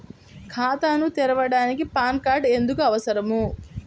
ఖాతాను తెరవడానికి PAN card ఎందుకు అవసరము?